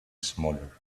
smaller